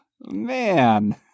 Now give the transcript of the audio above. Man